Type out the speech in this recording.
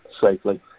safely